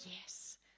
yes